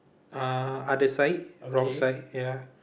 uh other side wrong side ya